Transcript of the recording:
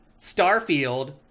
Starfield